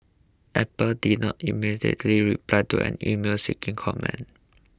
apple did not immediately reply to an email seeking comment